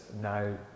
now